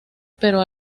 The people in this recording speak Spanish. pero